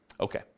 Okay